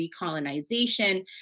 recolonization